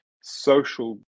social